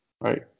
right